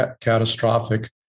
catastrophic